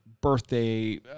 birthday